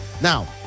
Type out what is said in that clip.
Now